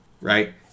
right